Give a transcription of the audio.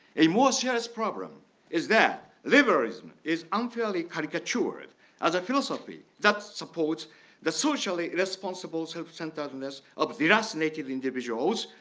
a more serious problem is that liberalism is unfairly caricatured as a philosophy that supports the socially responsible self-centeredness of deracinated individuals,